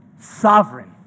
Sovereign